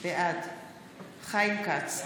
בעד חיים כץ,